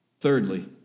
Thirdly